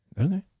Okay